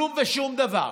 כלום ושום דבר.